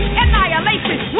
annihilation